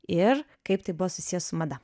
ir kaip tai buvo susiję su mada